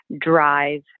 drive